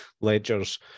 Ledgers